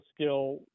skill